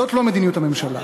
זאת לא מדיניות הממשלה.